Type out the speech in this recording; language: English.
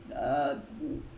uh